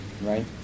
right